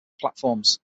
platforms